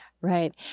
Right